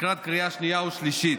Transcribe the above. לקריאה שנייה ושלישית.